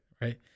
right